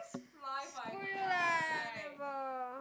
screw you lah I never